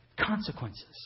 Consequences